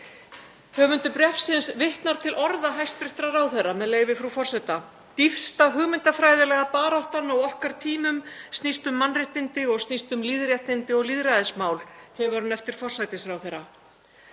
Höfundur bréfsins vitnar til orða hæstv. ráðherra, með leyfi frú forseta: „Dýpsta hugmyndafræðilega baráttan á okkar tímum snýst um mannréttindi og snýst um lýðréttindi og lýðræðismál“, hefur hann eftir forsætisráðherra.